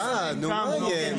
גלעד, נו מה יהיה?